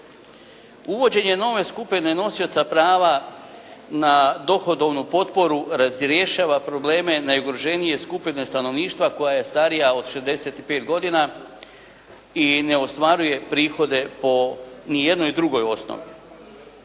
Uvođenje nove skupine nosioca prava na dohodovnu potporu razrješava probleme najugroženije skupine stanovništva koja je starija od 65 godina i ne ostvaruje prihode po ni jednoj drugoj osnovi.